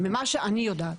ממה שאני יודעת.